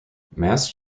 mast